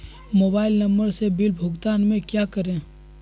Mobile number से bill भुगतान में क्या करें?